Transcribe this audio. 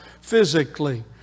physically